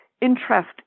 interest